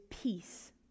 peace